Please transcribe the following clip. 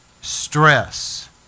stress